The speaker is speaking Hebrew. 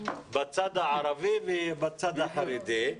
בצד הערבי ובצד החרדי.